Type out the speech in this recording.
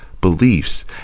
beliefs